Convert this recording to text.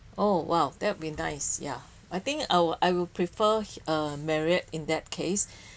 oh !wow! that would be nice ya I think I'll I will prefer uh Marriott in that case